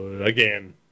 Again